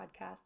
Podcast